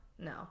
No